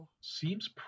seems